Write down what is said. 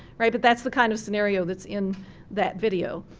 right? but that's the kind of scenario that's in that video.